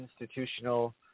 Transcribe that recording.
institutional